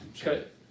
Cut